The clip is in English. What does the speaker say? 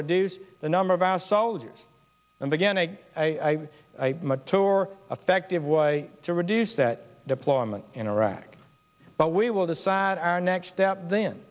reduce the number of our soldiers and again i tour affective was to reduce that deployment in iraq but we will decide our next step then